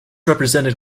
represented